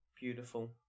beautiful